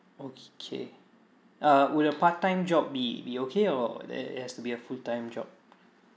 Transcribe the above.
okay uh will a part time job be be okay or it it has to be a full time job